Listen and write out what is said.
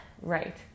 Right